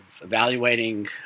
evaluating